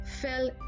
fell